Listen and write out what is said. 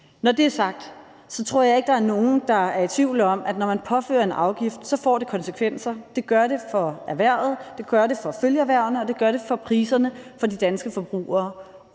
Når det er sagt, tror jeg ikke, at der er nogen, der er i tvivl om, at når man påfører en afgift, får det konsekvenser. Det gør det for erhvervet, det gør det for følgeerhvervene, og det gør det for priserne for de danske forbrugere.